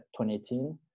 2018